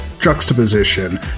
juxtaposition